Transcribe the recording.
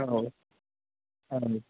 औ औ